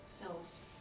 fills